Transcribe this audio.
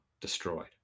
destroyed